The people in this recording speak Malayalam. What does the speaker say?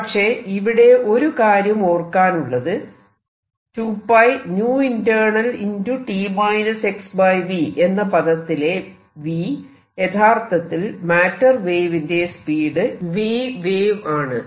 പക്ഷെ ഇവിടെ ഒരു കാര്യം ഓർക്കാനുള്ളത് 2πinternalt xv എന്ന പദത്തിലെ v യഥാർത്ഥത്തിൽ മാറ്റർ വേവിന്റെ സ്പീഡ് vwave ആണ്